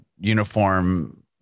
uniform